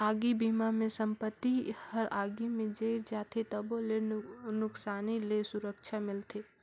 आगी बिमा मे संपत्ति हर आगी मे जईर जाथे तबो ले नुकसानी ले सुरक्छा मिलथे